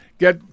Get